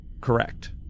Correct